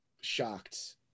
shocked